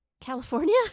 California